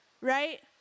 right